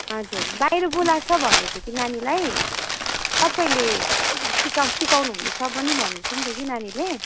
हजुर बाहिर बोलाएको छ भन्दै थियो कि नानीलाई तपाईँले सिका सिकाउनु हुँदैछ पनि भन्दै थियो नि त कि नानीले